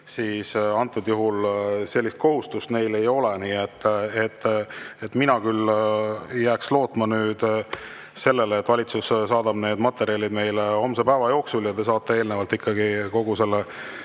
siis antud juhul sellist kohustust neil ei ole. Praegu mina küll jääks lootma sellele, et valitsus saadab need materjalid meile homse päeva jooksul ja te saate eelnevalt ikkagi kogu selle